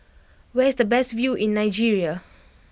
where is the best view in Nigeria